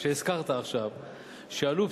שהזכרת עכשיו שעלו,